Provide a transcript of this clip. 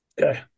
Okay